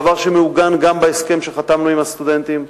דבר שמעוגן גם בהסכם שחתמנו עם הסטודנטים,